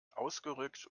ausgerückt